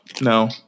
no